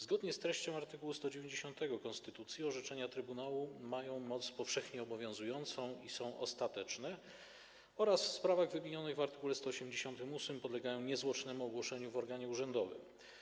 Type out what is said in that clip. Zgodnie z treścią art. 190 konstytucji orzeczenia trybunału mają moc powszechnie obowiązującą i są ostateczne oraz w sprawach wymienionych w art. 188 podlegają niezwłocznemu ogłoszeniu w organie urzędowym.